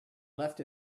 left